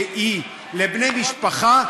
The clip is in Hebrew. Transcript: שהיא לבני משפחה,